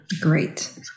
Great